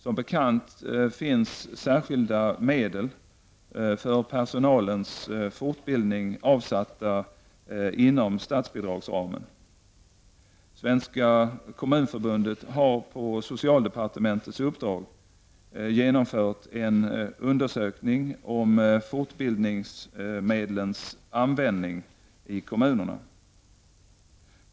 Som bekant finns särskilda medel för personalens fortbildning avsatta inom statsbidragsramen. Svenska kommunförbundet har på socialdepartementets uppdrag genomfört en undersökning om fortbildningsmedlens användning i kommunerna.